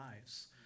lives